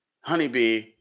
honeybee